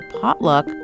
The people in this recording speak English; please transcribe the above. potluck